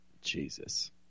Jesus